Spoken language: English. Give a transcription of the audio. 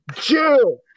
Jew